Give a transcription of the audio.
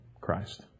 Christ